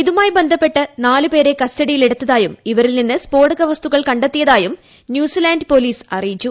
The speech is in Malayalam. ഇതുമായി ബന്ധപ്പെട്ട് നാലുപേരെ കസ്റ്റഡിയിൽ എടുത്തതായും ഇവരിൽ നിന്ന് സ്ഫോടക വസ്തുക്കൾ കണ്ടെത്തിയതായും ന്യൂസിലാൻഡ് പൊലീസ് അറിയിച്ചു